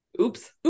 Oops